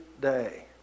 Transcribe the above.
day